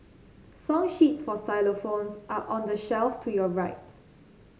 song sheets for xylophones are on the shelf to your right